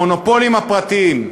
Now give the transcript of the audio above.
המונופולים הפרטיים,